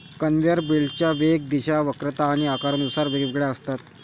conveyor बेल्टच्या वेग, दिशा, वक्रता आणि आकारानुसार वेगवेगळ्या असतात